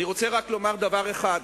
אני רוצה לומר דבר אחד: